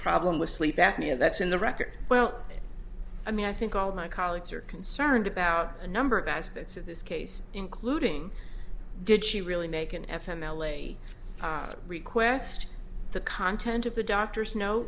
problem with sleep apnea that's in the record well i mean i think all my colleagues are concerned about a number of aspects of this case including did she really make an f emeli request the content of the doctor's no